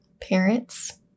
Parents